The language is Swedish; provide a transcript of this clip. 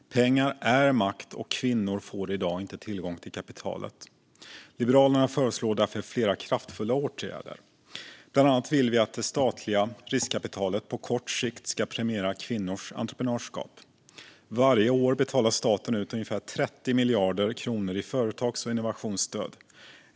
Pengar är makt, och kvinnor får i dag inte tillgång till kapitalet. Liberalerna föreslår därför flera kraftfulla åtgärder. Bland annat vill vi att det statliga riskkapitalet på kort sikt ska premiera kvinnors entreprenörskap. Varje år betalar staten ut ungefär 30 miljarder kronor i företags och innovationsstöd.